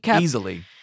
easily